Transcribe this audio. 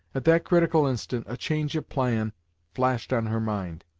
at that critical instant, a change of plan flashed on her mind,